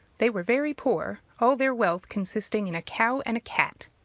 they were very poor, all their wealth consisting in a cow and a cat.